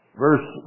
Verse